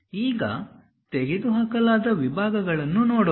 ಈಗ ತೆಗೆದುಹಾಕಲಾದ ವಿಭಾಗಗಳನ್ನು ನೋಡೋಣ